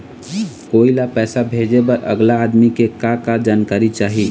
कोई ला पैसा भेजे बर अगला आदमी के का का जानकारी चाही?